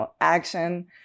action